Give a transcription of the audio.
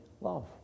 love